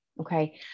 Okay